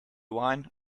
wine